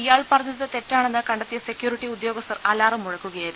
ഇയാൾ പറഞ്ഞത് തെറ്റാണെന്ന് കണ്ടെത്തിയ സെക്യൂരിറ്റി ഉദ്യോഗസ്ഥർ അലാറം മുഴക്കുകയായിരുന്നു